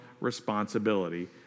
responsibility